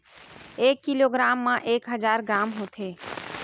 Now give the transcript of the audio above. एक किलोग्राम मा एक हजार ग्राम होथे